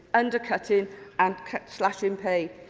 undercutting and slashing in pay.